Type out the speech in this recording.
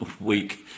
week